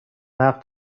نقد